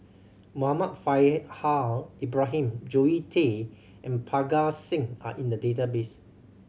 Muhammad Faishal Ibrahim Zoe Tay and Parga Singh are in the database